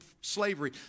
slavery